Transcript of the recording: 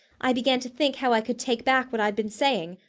i began to think how i could take back what i'd been saying,